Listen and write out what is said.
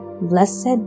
Blessed